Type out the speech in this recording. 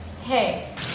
Hey